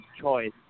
choice